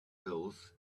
knows